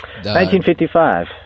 1955